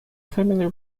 family